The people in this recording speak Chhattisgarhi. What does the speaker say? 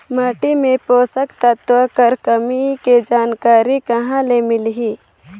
माटी मे पोषक तत्व कर कमी के जानकारी कहां ले मिलही?